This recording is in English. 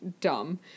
dumb